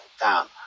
down